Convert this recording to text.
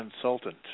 consultant